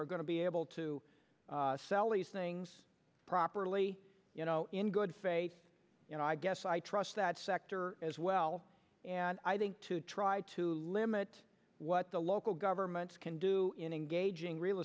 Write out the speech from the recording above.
are going to be able to sell these things properly you know in good faith you know i guess i trust that sector as well and i think to try to limit what the local governments can do in engaging real